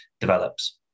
develops